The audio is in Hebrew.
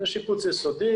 זה שיפוץ יסודי.